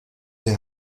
der